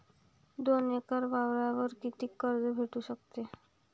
दोन एकर वावरावर कितीक कर्ज भेटू शकते?